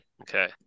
Okay